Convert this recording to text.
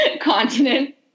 continent